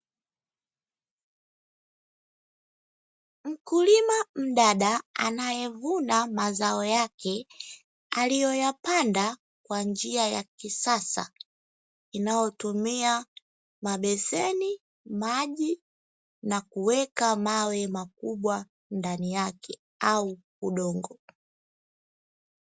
Mkulima mdada anaye vuna mazao yake, aliyo yapanda kwa njia ya kisasa inayo tumia mabeseni, maji na kuweka mawe makubwa ndani yake au udongo.